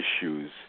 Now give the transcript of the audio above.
issues